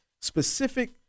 specific